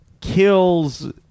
kills